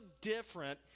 different